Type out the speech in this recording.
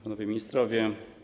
Panowie Ministrowie!